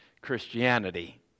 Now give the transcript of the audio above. Christianity